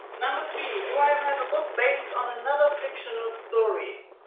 number three do i have have a book based on another fictional story?